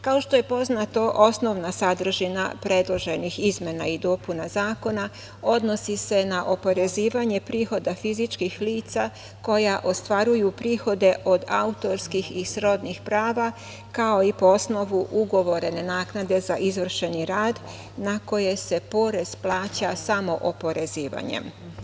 Kao što je poznato osnovna sadržina predloženih izmena i dopuna zakona odnosi se na oporezivanje prihoda fizičkih lica koja ostvaruju prihode od autorskih i srodnih prava, kao i po osnovu ugovorene naknade za izvršeni rad na koje se porez plaća samo oporezivanjem.